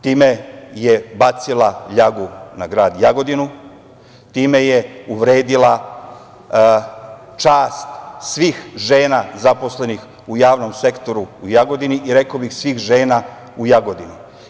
Time je bacila ljagu na grad Jagodinu, time je uvredila čast svih žena zaposlenih u javnom sektoru u Jagodini i svih žena u Jagodini.